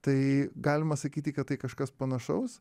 tai galima sakyti kad tai kažkas panašaus